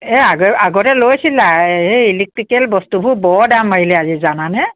এই আগ আগতে লৈছিলা এই ইলেক্ট্ৰিকেল বস্তুবোৰ বৰ দাম বাঢ়িলে আজি জানানে